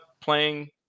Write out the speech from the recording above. playing